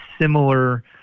similar